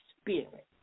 Spirit